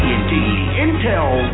Intel